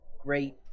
great